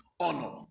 honor